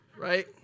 right